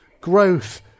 growth